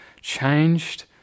changed